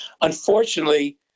Unfortunately